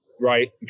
Right